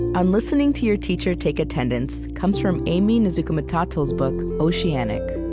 on listening to your teacher take attendance comes from aimee nezhukumatathil's book oceanic.